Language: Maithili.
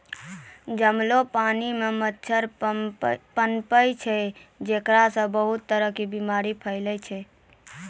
जमलो पानी मॅ मच्छर पनपै छै जेकरा सॅ बहुत तरह के बीमारी फैलै छै